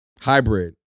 Hybrid